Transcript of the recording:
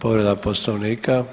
Povreda poslovnika.